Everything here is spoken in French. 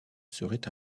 serait